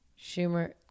Schumer